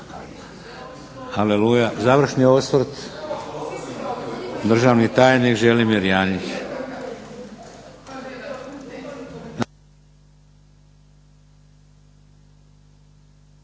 Aleluja. Završni osvrt, državni tajnik Želimir Janjić.